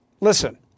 Listen